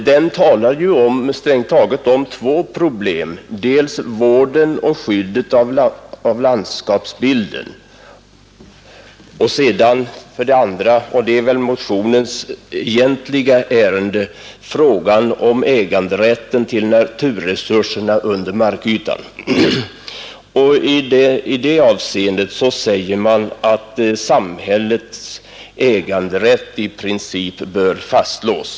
Strängt taget talar den om två problem: dels vården och skyddet av landskapsbilden, dels — och det är väl motionens egentliga ärende — frågan om äganderätten till naturresurserna under markytan. I det avseendet säger man att samhällets äganderätt i princip bör fastslås.